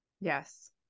yes